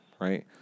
right